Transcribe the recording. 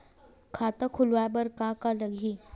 खाता खुलवाय बर का का लगही?